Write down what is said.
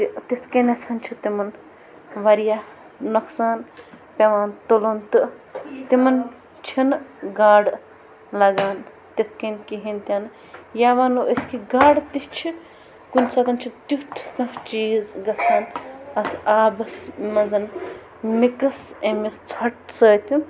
تہِ تِتھ کَنٛتٮ۪تھ چھِ تِمَن واریاہ نۄقصان پیٚوان تُلُن تہٕ تِمَن چھِنہٕ گاڈٕ لگان تِتھ کٔنۍ کِہیٖنۍ تِنہٕ یا وَنَو أسۍ کہِ گاڈٕ تہِ چھِ کُنہِ ساتہٕ چھِ تیُتھ کانٛہہ چیٖز گژھان تَتھ آبَس منٛز مِکِس امہِ ژھوٚٹ سۭتۍ